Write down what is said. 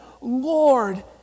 Lord